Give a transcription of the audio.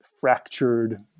fractured